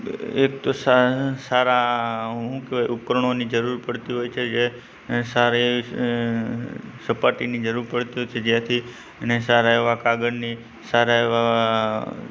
એક તો સારાં શું કહેવાય ઉપકરણોની જરૂર પડતી હોય છે જે સારે સપાટીની જરૂર પડતી હોય છે જયારથી અને સારા એવા કાગળની સારા એવાં